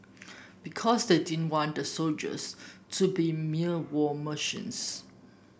because they didn't want the soldiers to be mere war machines